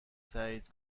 تایید